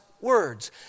words